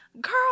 girl